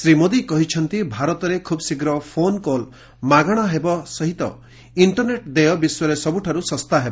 ଶ୍ରୀ ମୋଦି କହିଛନ୍ତି ଭାରତରେ ଖୁବ୍ଶୀଘ୍ର ଫୋନ୍ କଲ୍ ମାଗଣା ହେବା ସହିତ ଇଷ୍ଟରନେଟ୍ ଦେୟ ବିଶ୍ୱରେ ସବୁଠାରୁ ଶସ୍ତା ହେବ